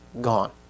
gone